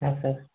ହଁ ସାର୍